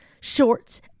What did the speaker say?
shorts